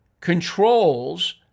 controls